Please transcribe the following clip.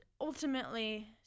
ultimately